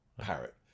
parrot